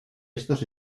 estos